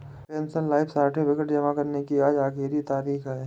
pensioner life certificate जमा करने की आज आखिरी तारीख है